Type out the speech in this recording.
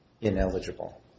ineligible